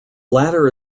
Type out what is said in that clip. latter